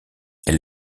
elle